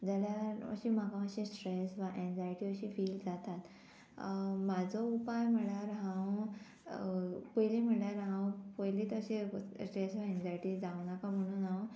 जाल्यार अशी म्हाका मातशी स्ट्रेस वा एन्जायटी अशी फील जातात म्हाजो उपाय म्हळ्यार हांव पयली म्हळ्यार हांव पयलीच तशे स्ट्रेस वा एन्जायटी जावं नाका म्हणून हांव